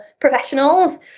professionals